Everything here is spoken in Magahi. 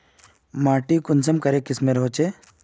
माटी कुंसम करे किस्मेर होचए?